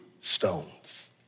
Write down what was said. stones